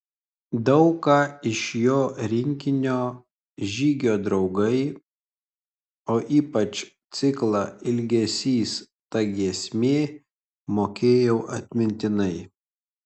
daug ką iš jo rinkinio žygio draugai o ypač ciklą ilgesys ta giesmė mokėjau atmintinai